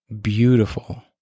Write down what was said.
beautiful